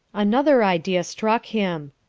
another idea struck him.